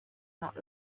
not